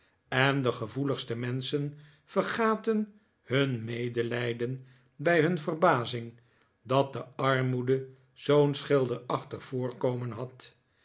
en de gevoeligste menschen vergaten hun medelijden bij hun verbazing dat de armoede zoo'n schilderachtig voorkomen had